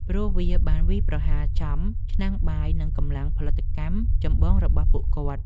ព្រោះវាបានវាយប្រហារចំ ឆ្នាំងបាយ និងកម្លាំងផលិតកម្មចម្បងរបស់ពួកគាត់។